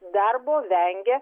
darbo vengia